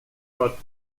brought